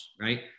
right